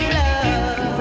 love